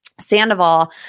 Sandoval